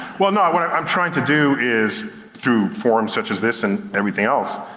well no, what i'm i'm trying to do is through forums such as this and everything else,